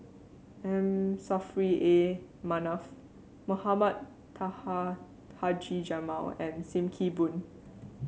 M Saffri A Manaf Mohamed Taha Haji Jamil and Sim Kee Boon